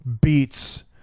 beats